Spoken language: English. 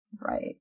Right